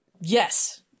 Yes